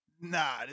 Nah